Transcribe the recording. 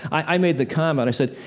i made the comment, i said,